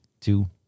two